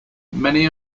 many